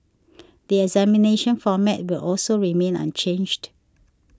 the examination format will also remain unchanged